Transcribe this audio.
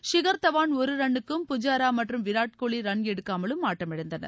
chic Dhawan ஒரு ரன்னுக்கும் புஜாரா மற்றும் விராட் கோலி ரன் எடுக்காமலும் ஆட்டமிழந்தனர்